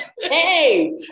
Hey